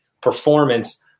performance